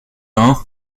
hein